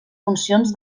funcions